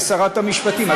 שרת המשפטים?